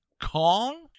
Kong